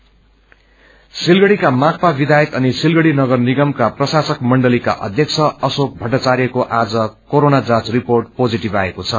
mayor corona सिलगढ़ीका माकपा विधायक अनि सिलगढ़ी नगरनिगमका प्रशासक मण्डलीका अध्यक्ष अशोक भट्टाचार्यको आज कोरोना जाँच रिपोर्ट पोजीटिभ आएको छ